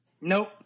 Nope